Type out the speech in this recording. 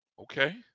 Okay